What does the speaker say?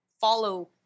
follow